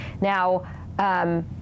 now